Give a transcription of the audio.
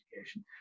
education